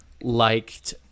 liked